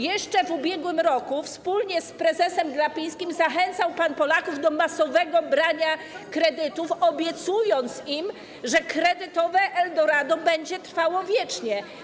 Jeszcze w ub.r. wspólnie z prezesem Glapińskim zachęcał pan Polaków do masowego brania kredytów, obiecując im, że kredytowe eldorado będzie trwało wiecznie.